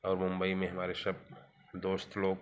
और मुंबई में हमारे सब दोस्त लोग